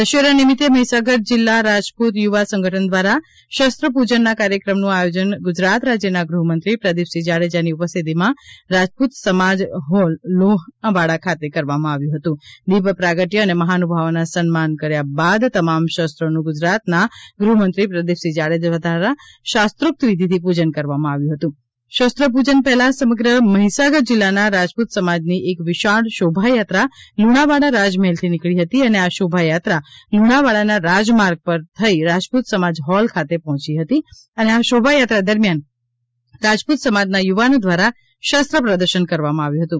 દશેરા નિમિત્તે મહીસાગર જિલ્લા રાજપૂત યુવા સંગઠન દ્વારા શસ્ત્રપૂજન ના કાર્યક્રમ નું આયોજન ગુજરાત રાજ્યના ગૃહ મંત્રી પ્રદીપસિંહ જાડેજા ની ઉપસ્થિતિમાં રાજપૂત સમાજ હોલ લુણાવાડા ખાતે કરવામાં આવ્યું હતું દીપ પ્રગટ્યા અને મહાનુભવોના સન્માન કર્યા બાદ તમામ શસ્ત્રો નું ગુજરાત ના ગૃહમંત્રી પ્રદીપસિંહ જાડેજા દ્વારા શાસ્ત્રોક્ત વિઘિથી પૂજન કરવામાં આવ્યું હતું શસ્ત્ર પૂજન પહેલા સમગ્ર મહીસાગર જિલ્લાના રાજપૂત સમાજની એક વિશાળ શોભા યાત્રા લુણાવાડા રાજમહેલ થી નીકળી હતી અને આ શોભા યાત્રા લુણાવાડા ના રાજમાર્ગ પર થઈ રાજપૂત સમાજ હોલ ખાતે પહોંચી હતી અને આ શોભા યાત્રા દરમ્યાન રાજપુત સમાજ ના યુવાનો દ્વારા શસ્ત્ર પ્રદર્શન કરવામાં આવ્યું હતું